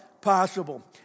possible